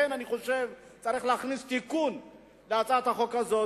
לכן אני חושב שצריך להכניס תיקון להצעת החוק הזאת.